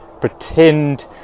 pretend